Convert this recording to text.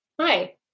Hi